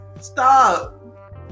Stop